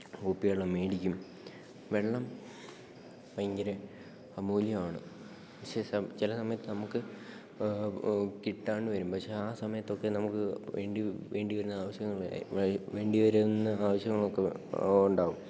കുപ്പിവെള്ളം മേടിക്കും വെള്ളം ഭയങ്കര അമൂല്യമാണ് പക്ഷേ ചില സമയത്ത് നമുക്ക് കിട്ടാണ്ട് വരും പക്ഷേ ആ സമയത്തൊക്കെ നമുക്കു വേണ്ടിവരുന്ന ആവശ്യങ്ങള് വേറെയാണ് വേണ്ടിവരുന്ന ആവശ്യങ്ങളൊക്കെ ഉണ്ടാകും